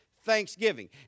thanksgiving